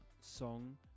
song